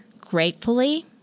gratefully